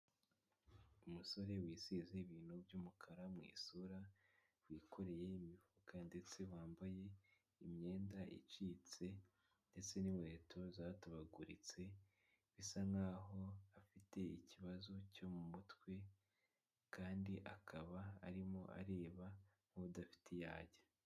Umusore wisize ibintu by'umukara mu isura, wikoreye imifuka ndetse wambaye imyenda icitse ndetse n'inkweto zatobaguritse, bisa nkaho afite ikibazo cyo mu mutwe kandi akaba arimo areba nk'udafite iyo ajya.